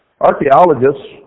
Archaeologists